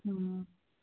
ও